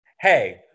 Hey